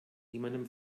niemandem